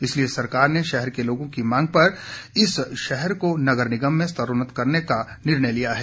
इसलिए सरकार ने शहर के लोगों की मांग पर इस शहर को नगर निगम में स्तरोन्नत करने का निर्णय लिया है